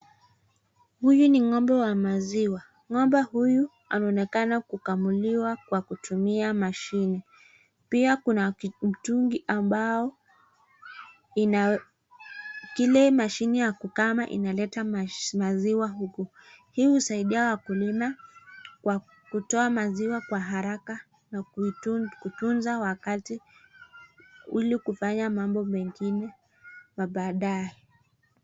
Huyu ni ngombe wa maziwa. Ngombe huyu anaonekana kukamuliwa kwa kutumia mashini. Pia kuna mtungi ambayo ina ile mashini ya kukama inaleta maziwa huku. Hii husaidia wakulima kutoa maziwa kwa haraka ili kufanya mambo mengi mabaadae